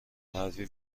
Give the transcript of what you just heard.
پرحرفی